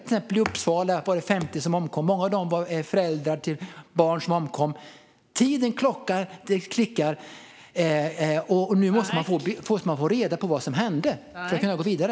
Till exempel i Uppsala var det 50 som omkom; i dag finns det många föräldrar till barn som omkom. Tiden tickar, och nu måste man få reda på vad som hände för att kunna gå vidare.